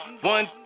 One